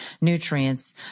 nutrients